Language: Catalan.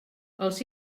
els